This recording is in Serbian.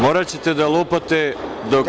Moraćete da lupate dok…